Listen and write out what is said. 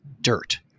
dirt